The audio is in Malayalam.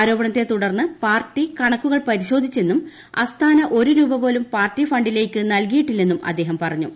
ആരോപണത്തെതുടർന്ന് പാർട്ടി കണക്കുകൾ പരിശോധിച്ചെന്നും അസ്താന ഒരു രൂപപോലൂം പാർട്ടിഫണ്ടിലേക്ക് നൽകിയിട്ടില്ലെന്നും അദ്ദേഹം പറഞ്ഞു